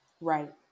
Right